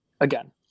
Again